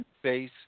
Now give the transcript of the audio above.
face